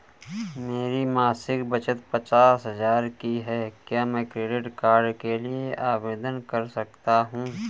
मेरी मासिक बचत पचास हजार की है क्या मैं क्रेडिट कार्ड के लिए आवेदन कर सकता हूँ?